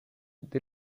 dès